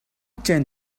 tend